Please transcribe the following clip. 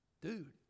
Dude